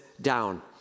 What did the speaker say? down